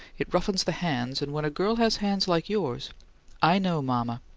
it roughens the hands, and when a girl has hands like yours i know, mama.